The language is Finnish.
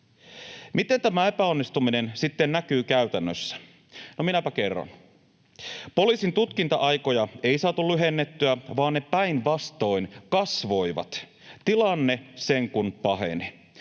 Miten tämä epäonnistuminen sitten näkyy käytännössä? No minäpä kerron. Poliisin tutkinta-aikoja ei saatu lyhennettyä, vaan ne päinvastoin kasvoivat, tilanne sen kun paheni.